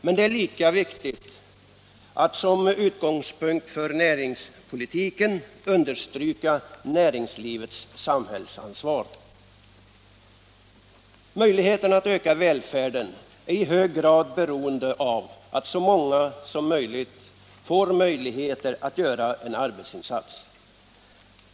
Men lika viktigt är att som utgångspunkt för näringspolitiken understryka näringslivets samhällsansvar. Möjligheterna att öka välfärden är i hög grad beroende av att så många människor som möjligt får göra en arbetsinsats.